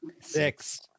Six